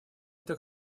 это